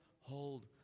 hold